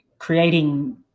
creating